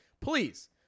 please